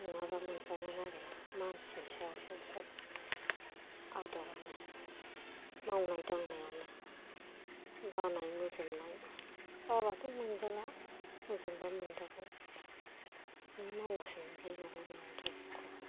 नङाबा मोनजानो नागिरा मानसिनि सायावसो सब आदरानो मावनाय दांनायानो बानाय मोजोमनाय बाबाथ' मोनजाला मोजोमबा मोनजागोन नों मावबासो मोनजायो नालाय मैगं थाइगंखौबो